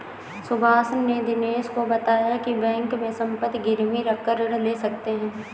सुभाष ने दिनेश को बताया की बैंक में संपत्ति गिरवी रखकर ऋण ले सकते हैं